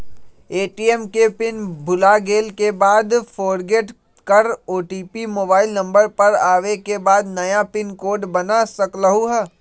ATM के PIN भुलागेल के बाद फोरगेट कर ओ.टी.पी मोबाइल नंबर पर आवे के बाद नया पिन कोड बना सकलहु ह?